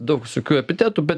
daug visokių epitetų be